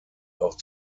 auch